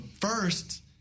first